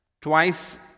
twice